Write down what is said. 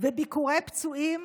וביקורי פצועים